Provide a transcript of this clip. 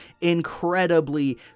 incredibly